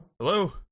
Hello